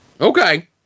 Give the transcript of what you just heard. okay